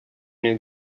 new